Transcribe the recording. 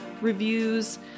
reviews